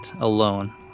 alone